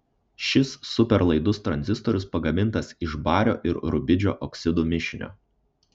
šis superlaidus tranzistorius pagamintas iš bario ir rubidžio oksidų mišinio